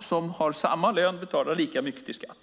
som har samma lön betalar lika mycket i skatt.